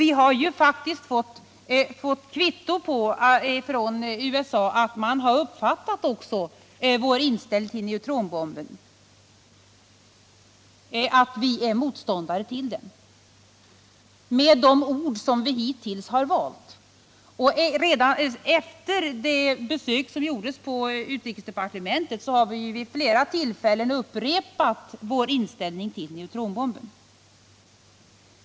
Vi har faktiskt också från USA fått kvitto på att man där uppfattat våra uttalanden så att vi är motståndare till neutronbomben. Efter den kontakt som togs med utrikesdepartementet har vi dessutom vid flera tillfällen upprepat vår inställning till neutronbomben.